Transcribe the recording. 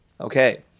Okay